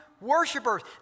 Worshippers